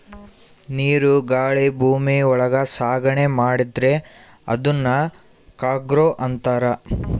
ನೀರು ಗಾಳಿ ಭೂಮಿ ಒಳಗ ಸಾಗಣೆ ಮಾಡಿದ್ರೆ ಅದುನ್ ಕಾರ್ಗೋ ಅಂತಾರ